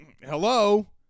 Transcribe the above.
Hello